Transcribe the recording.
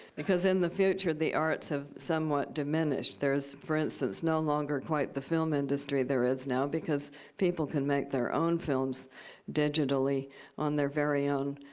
because in the future, the arts have somewhat diminished. there is, for instance, no longer quite the film industry there is now because people can make their own films digitally on their very own